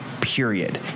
period